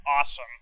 Awesome